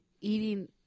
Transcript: Eating